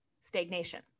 stagnation